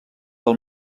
del